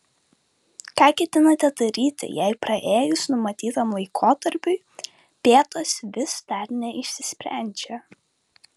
ką ketinate daryti jei praėjus numatytam laikotarpiui bėdos vis dar neišsisprendžia